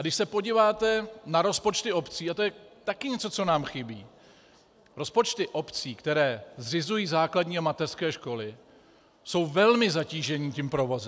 Když se podíváte na rozpočty obcí, a to je také něco, co nám chybí, rozpočty obcí, které zřizují základní a mateřské školy, jsou velmi zatížené provozem.